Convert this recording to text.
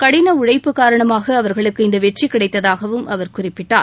கடின உழைப்பு காரணமாக அவர்களுக்கு இந்த வெற்றி கிடைத்ததாகவும் அவர் குறிப்பிட்டார்